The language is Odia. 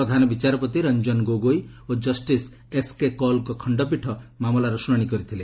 ପ୍ରଧାନବିଚାରପତି ରଞ୍ଜନ ଗୋଗୋଇ ଓ ଜଷ୍ଟିସ୍ ଏସ୍କେ କୌଲ୍ଙ୍କ ଖଣ୍ଡପୀଠ ମାମଲାର ଶୁଣାଣି କରିଥିଲେ